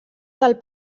del